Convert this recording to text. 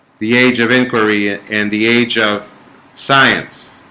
the age of inquiry and the age of science